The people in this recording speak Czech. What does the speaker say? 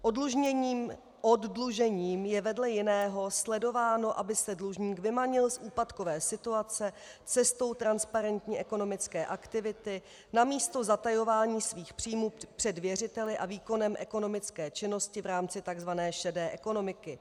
Oddlužením je vedle jiného sledováno, aby se dlužník vymanil z úpadkové situace cestou transparentní ekonomické aktivity namísto zatajování svých příjmů před věřiteli a výkonem ekonomické činnosti v rámci takzvané šedé ekonomiky.